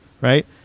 right